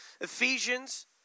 Ephesians